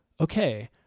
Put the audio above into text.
okay